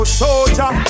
soldier